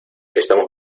estamos